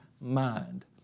mind